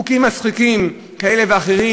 חוקים מצחיקים כאלה ואחרים,